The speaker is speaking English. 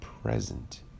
present